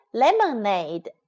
lemonade